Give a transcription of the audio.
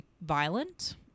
violent